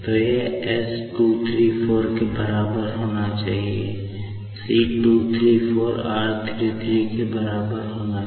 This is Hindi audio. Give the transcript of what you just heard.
तो यह s 234 के बराबर होना चाहिए c 234 r 33 के बराबर होना चाहिए